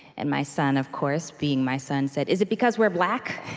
and my son, of course, being my son, said, is it because we're black?